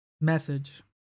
Message